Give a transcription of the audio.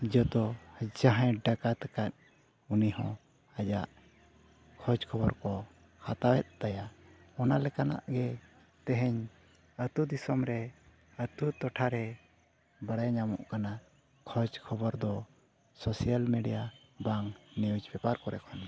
ᱡᱚᱛᱚ ᱡᱟᱦᱟᱸᱭ ᱰᱟᱠᱟᱛ ᱟᱠᱟᱫ ᱩᱱᱤᱦᱚᱸ ᱟᱡᱟᱜ ᱠᱷᱚᱡᱽᱼᱠᱷᱚᱵᱚᱨ ᱠᱚ ᱦᱟᱛᱟᱣᱮᱫ ᱛᱟᱭᱟ ᱚᱱᱟ ᱞᱮᱠᱟᱱᱟᱜ ᱜᱮ ᱛᱮᱦᱮᱧ ᱟᱛᱳᱼᱫᱤᱥᱚᱢ ᱨᱮ ᱟᱛᱳ ᱴᱚᱴᱷᱟᱨᱮ ᱵᱟᱲᱟᱭ ᱧᱟᱢᱚᱜ ᱠᱟᱱᱟ ᱠᱷᱚᱡᱽᱼᱠᱷᱚᱵᱚᱨ ᱫᱚ ᱵᱟᱝ ᱠᱚᱨᱮ ᱠᱷᱚᱱ ᱜᱮ